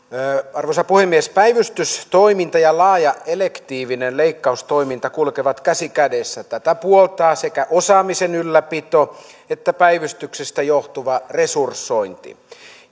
arvoisa puhemies päivystystoiminta ja laaja elektiivinen leikkaustoiminta kulkevat käsi kädessä tätä puoltaa sekä osaamisen ylläpito että päivystyksestä johtuva resursointi